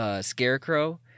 scarecrow